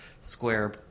square